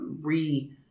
re